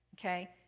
Okay